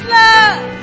love